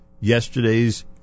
yesterday's